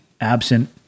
absent